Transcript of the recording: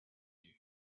you